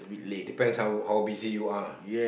depends how how busy you are